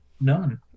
none